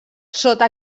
sota